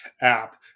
app